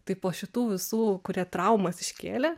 tai po šitų visų kurie traumas iškėlė